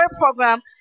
program